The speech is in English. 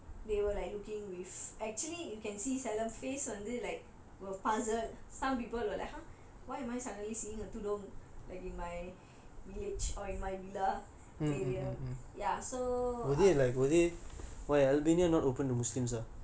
so they were like looking with actually you can see சில:sila face வந்து:vanthu like will puzzled some people will like !huh! why am I suddenly like seeing a tudong like in my village or in my villa area ya so